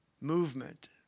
movement